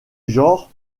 genre